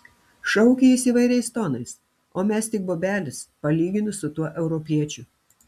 šaukė jis įvairiais tonais o mes tik bobelės palyginus su tuo europiečiu